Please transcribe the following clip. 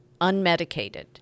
unmedicated